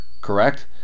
correct